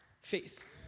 faith